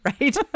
right